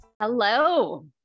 Hello